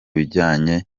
bijyanye